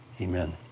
Amen